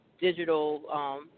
digital